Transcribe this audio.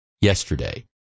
yesterday